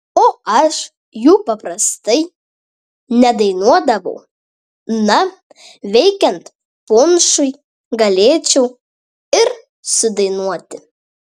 o aš jų paprastai nedainuodavau na veikiant punšui galėčiau ir sudainuoti